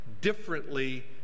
differently